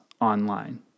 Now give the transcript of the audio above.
online